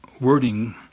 wording